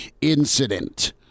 incident